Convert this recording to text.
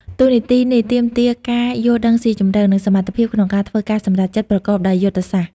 តួនាទីនេះទាមទារការយល់ដឹងស៊ីជម្រៅ និងសមត្ថភាពក្នុងការធ្វើការសម្រេចចិត្តប្រកបដោយយុទ្ធសាស្ត្រ។